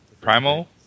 primal